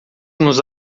nos